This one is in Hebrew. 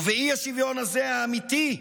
ובאי-שוויון הזה, האמיתי,